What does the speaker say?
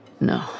No